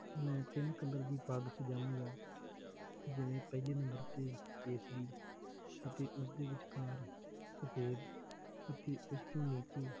ਮੈਂ ਤਿੰਨ ਕਲਰ ਦੀ ਪੱਗ ਸਜਾਵਾਂਗਾ ਜਿਵੇਂ ਪਹਿਲੇ ਨੰਬਰ 'ਤੇ ਕੇਸਰੀ ਅਤੇ ਉਸ ਦੇ ਵਿਚਕਾਰ ਸਫੇਦ ਅਤੇ ਉਸ ਤੋਂ ਨੀਚੇ